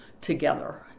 together